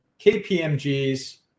KPMG's